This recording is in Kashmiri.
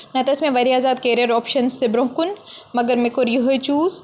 نَتہٕ ٲسۍ مےٚ واریاہ زیادٕ کیریر آپشَن تہِ برونٛہہ کُن مگر مےٚ کوٚر یِہے چوٗز